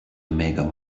mega